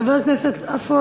חבר הכנסת עפו